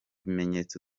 bimenyetso